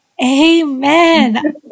Amen